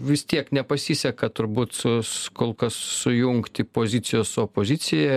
vis tiek nepasiseka turbūt su kol kas sujungti pozicijos opozicija